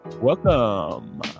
Welcome